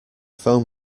phone